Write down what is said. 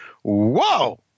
Whoa